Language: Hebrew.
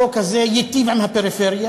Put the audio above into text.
החוק הזה ייטיב עם הפריפריה,